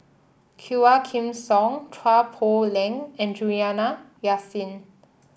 Quah Kim Song Chua Poh Leng and Juliana Yasin